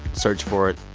search for it.